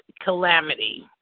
calamity